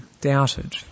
doubted